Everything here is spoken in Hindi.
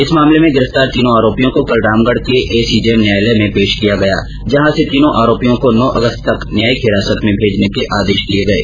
इस मामले में गिरफ्तार तीनों आरोपियों को कल रामगढ़ के एसीजेएम न्यायालय में पेश किया गया जहां से तीनों आरोपियों को नौ अगस्त तक न्यायिक हिरासत में भेजने के आदेश दिए गये